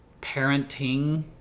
Parenting